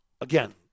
Again